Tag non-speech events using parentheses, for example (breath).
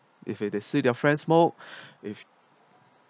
if they'd see their friends smoke (breath) if